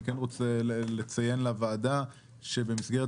אני כן רוצה לציין לוועדה שבמסגרת